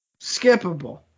skippable